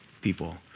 people